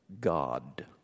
God